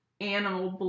Animal